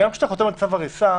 עזוב עכשיו צו הריסה